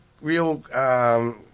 real